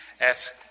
ask